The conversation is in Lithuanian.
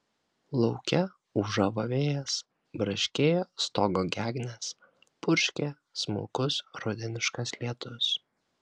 lauke ūžavo vėjas braškėjo stogo gegnės purškė smulkus rudeniškas lietus